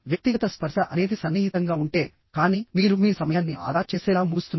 వ్యక్తిగత స్పర్శ అనేది సన్నిహితంగా ఉంటే కానీ మీరు మీ సమయాన్ని ఆదా చేసేలా ముగుస్తుంది